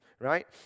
right